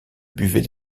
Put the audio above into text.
buvait